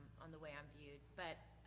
on the way i'm viewed. but